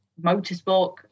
motorsport